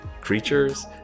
creatures